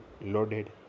loaded